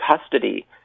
custody